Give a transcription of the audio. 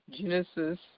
Genesis